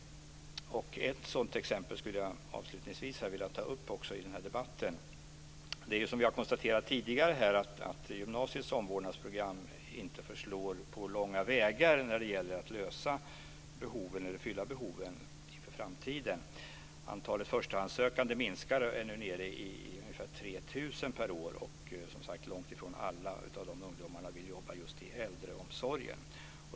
Jag skulle avslutningsvis i den här debatten vilja ta upp ett sådant exempel. Som vi har konstaterat tidigare förslår inte gymnasiets omvårdnadsprogram på långa vägar när det gäller att fylla behoven i framtiden. Antalet förstahandssökande minskar och är nu nere i ungefär 3 000 per år och långt ifrån alla av de ungdomarna vill jobba i äldreomsorgen.